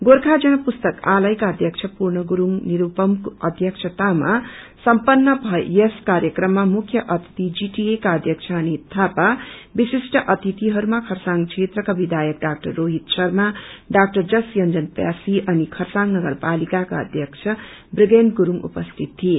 गोर्खा जन पुस्तकालयका अध्यक्ष पूर्णगुरूङ निरूपमको अध्यक्षतामा सम्पन्न यस कार्यक्रममा मुख्य अतिथि जीटिए का अध्यक्ष अनित थापा विशिष्ट अतिथिहरूमा खरसाङ क्षेत्रका विधायक डाक्टर रोहित शर्मा डाक्अर जस योन्जन प्यासी अनि खरसाङ नगर पालाकाका उपाध्यक्ष प्रिगेन गुरूङ उपस्थित थिए